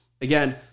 Again